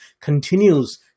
continues